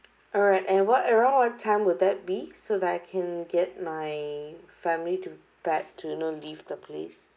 alright and what around what time will that be so that I can get my family to back to you know leave the place